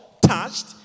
touched